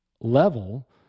level